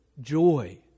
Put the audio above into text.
joy